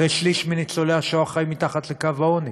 הרי שליש מניצולי השואה חיים מתחת לקו העוני.